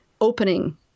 opening